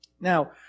Now